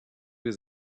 was